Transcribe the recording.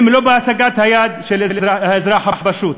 הם לא בהישג היד של האזרח הפשוט.